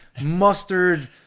mustard